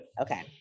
Okay